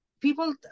people